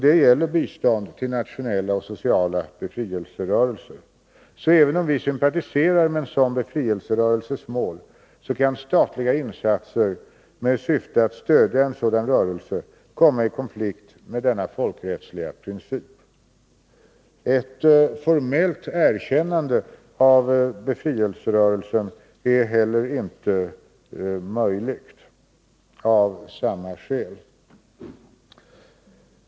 Detta gäller bistånd till nationella och sociala befrielserörelser. Så även om vi sympatiserar med en sådan befrielserörelses mål, kan statliga insatser med syfte att stödja en sådan rörelse komma i konflikt med denna folkrättsliga princip. Ett formellt erkännande av befrielserörelsen är av samma skäl inte heller möjligt.